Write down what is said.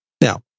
Now